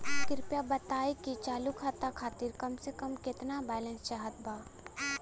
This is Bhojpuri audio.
कृपया बताई कि चालू खाता खातिर कम से कम केतना बैलैंस चाहत बा